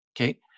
okay